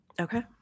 Okay